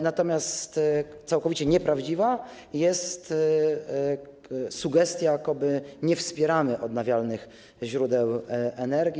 Natomiast całkowicie nieprawdziwa jest sugestia, jakobyśmy nie wspierali odnawialnych źródeł energii.